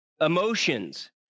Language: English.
emotions